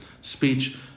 speech